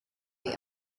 the